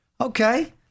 Okay